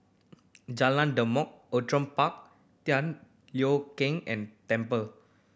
Jalan Demak Outram Park Tian Keng and Temple